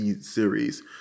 series